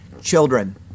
children